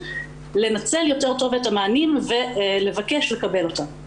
לנצל יותר טוב את המענים ולבקש לקבל אותם.